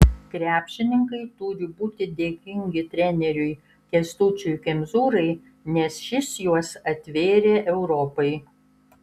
krepšininkai turi būti dėkingi treneriui kęstučiui kemzūrai nes šis juos atvėrė europai